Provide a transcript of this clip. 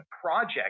project